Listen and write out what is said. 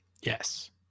yes